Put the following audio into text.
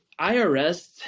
IRS